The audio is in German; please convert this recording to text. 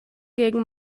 gegen